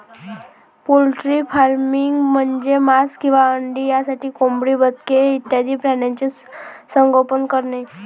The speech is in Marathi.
पोल्ट्री फार्मिंग म्हणजे मांस किंवा अंडी यासाठी कोंबडी, बदके इत्यादी प्राण्यांचे संगोपन करणे